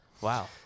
wow